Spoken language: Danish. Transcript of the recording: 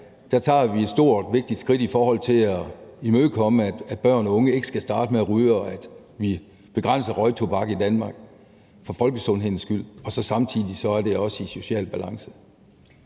her tager vi et stort, vigtigt skridt i forhold til at imødekomme, at børn og unge ikke skal starte med at ryge, og at vi begrænser røgtobak i Danmark for folkesundhedens skyld. Og samtidig er det også socialt i balance.